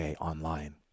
online